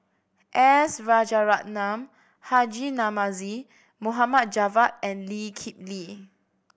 S Rajaratnam Haji Namazie Mohd Javad and Lee Kip Lee